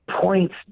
points